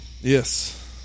Yes